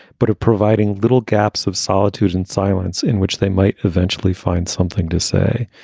but of providing little gaps of solitude and silence in which they might eventually find something to say.